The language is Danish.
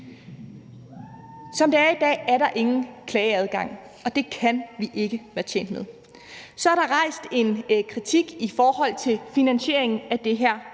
Som det er i dag, er der ingen klageadgang, og det kan vi ikke være tjent med. Kl. 16:43 Så er der rejst en kritik i forhold til finansieringen af det her